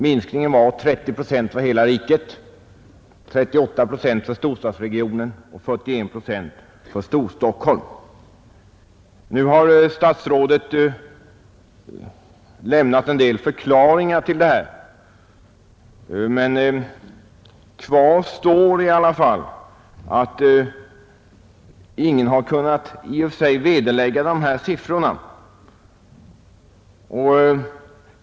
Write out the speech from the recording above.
Minskningen var 30 procent för hela riket, 38 procent för storstadsregionerna och 41 procent för Storstockholm. Statsrådet har lämnat en del förklaringar till detta, men kvar står i alla fall att ingen kunnat vederlägga dessa siffror.